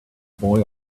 boy